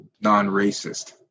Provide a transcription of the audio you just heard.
non-racist